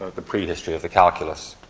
the prehistory of the calculous.